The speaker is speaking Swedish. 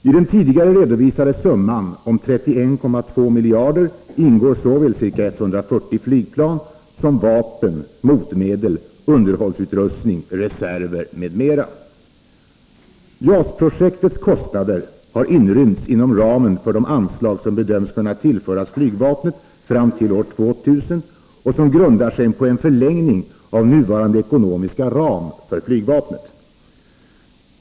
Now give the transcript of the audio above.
I den tidigare redovisade summan om 31,2 miljarder ingår såväl ca 140 flygplan som vapen, motmedel, underhållsutrustning, reserver m.m. JAS-projektets kostnader har inrymts inom ramen för de anslag som bedöms kunna tillföras flygvapnet fram till år 2000 och som grundar sig på en förlängning av nuvarande ekonomiska ram för flygvapnet.